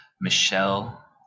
Michelle